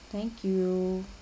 thank you